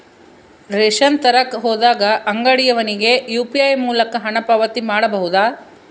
Ration ತರಕ ಹೋದಾಗ ಅಂಗಡಿಯವನಿಗೆ ಯು.ಪಿ.ಐ ಮೂಲಕ ಹಣ ಪಾವತಿ ಮಾಡಬಹುದಾ?